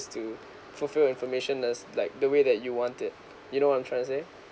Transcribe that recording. to fulfill information is like the way that you wanted you know what I'm trying to say